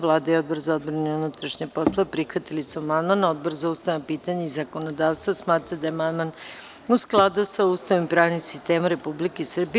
Vlada i Odbor za odbranu i unutrašnje poslove prihvatili su amandman, a Odbor za ustavna pitanja i zakonodavstvo smatra da je amandman u skladu sa Ustavom i pravnim sistemom Republike Srbije.